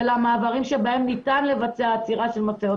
במעברים בהם ניתן לבצע עצירת משאיות,